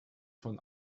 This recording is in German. von